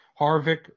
Harvick